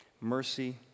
mercy